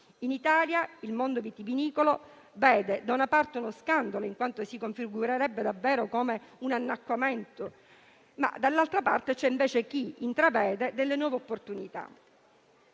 In Italia il mondo vitivinicolo - da una parte - vede in ciò uno scandalo, in quanto si configurerebbe davvero come un annacquamento, ma - dall'altra parte - c'è invece chi intravede delle nuove opportunità.